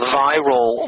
viral